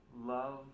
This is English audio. Love